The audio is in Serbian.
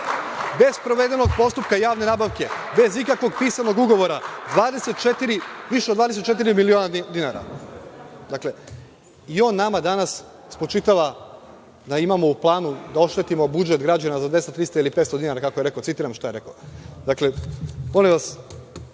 bez sprovedenog postupka javne nabavke, bez ikakvog pisanog ugovora, više od 24 miliona dinara. I on nama danas spočitava da imamo u planu da oštetimo budžet građana za 200, 300 ili 500 dinara, kako je rekao, citiram šta je rekao. Molim vas,